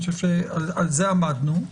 על זה עמדנו.